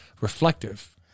reflective